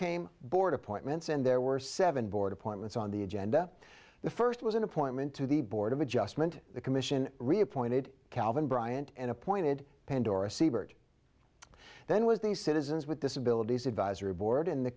came board appointments and there were seven board appointments on the agenda the first was an appointment to the board of adjustment the commission reappointed calvin bryant and appointed pandora siebert then was the citizens with disabilities advisory board in the